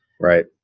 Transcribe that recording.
right